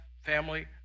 family